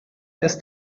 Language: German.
ist